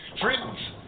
Friends